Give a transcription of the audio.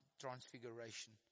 Transfiguration